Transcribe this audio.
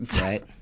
Right